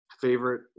Favorite